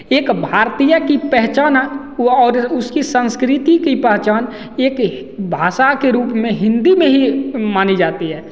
एक भारतीय की पहचान व और उसकी संस्कृति की पहचान एक भाषा के रूप में हिंदी में ही मानी जाती है